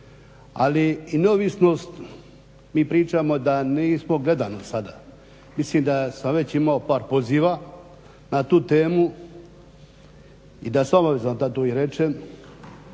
Ali i neovisnost, mi pričamo da nismo, gledano sada mislim da sam već imao par poziva na tu temu i da sam obavezan da to i rečem